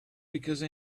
because